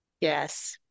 Yes